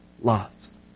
loves